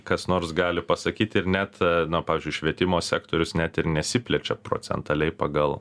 kas nors gali pasakyti ir net na pavyzdžiui švietimo sektorius net ir nesiplečia procentaliai pagal